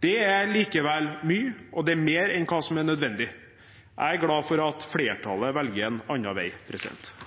Det er likevel mye, og det er mer enn hva som er nødvendig. Jeg er glad for at